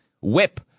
whip